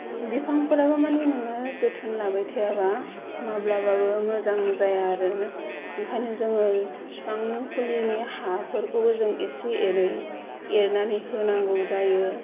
बिफांफोराबो माने नोङो जोथोन लाबाय थायाब्ला माब्लाबाबो मोजां जाया आरो ओंखायनो जोङो बिफां फुलिनि हाफोरखौबो जों एसे एरै एरनानै होनांगौ जायो